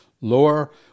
lower